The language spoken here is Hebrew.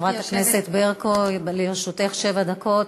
חברת הכנסת ברקו, לרשותך שבע דקות.